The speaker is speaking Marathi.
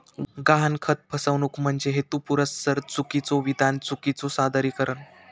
गहाणखत फसवणूक म्हणजे हेतुपुरस्सर चुकीचो विधान, चुकीचो सादरीकरण